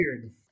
weird